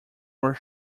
were